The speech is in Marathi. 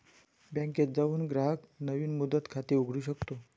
बँकेत जाऊन ग्राहक नवीन मुदत खाते उघडू शकतो